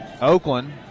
Oakland